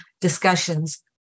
discussions